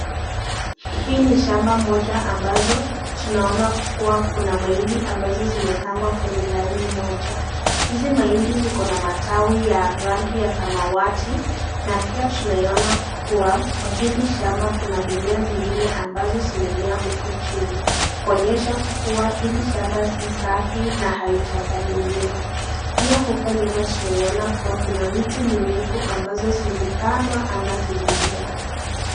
Hii ni shamba moja ambalo tunaona kuwa kuna mahindi ambazo zimepangwa kwenye line moja. Hizi mahindi ziko na matawi ya rangi ya samawati, na pia tunaona kuwa kwa hili shamba kuna mimea zingine ambazo zimemea huku chini. Kuonyesha kuwa hili shamba si safi na haijapaliliwa. Pia huko nyuma tunaona kuwa kuna miti mirefu ambazo zimepandwa ama zimemea.